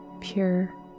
pure